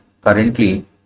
currently